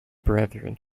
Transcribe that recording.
brethren